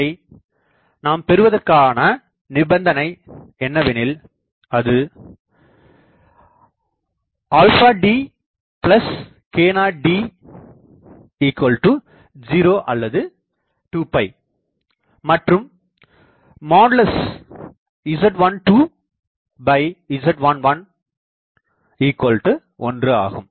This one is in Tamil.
இதை நாம் பெறுவதற்கான நிபந்தனை என்னவெனில் அது αd k0d 0 or 2 மற்றும் Z12Z111 ஆகும்